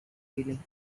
feeling